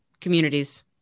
communities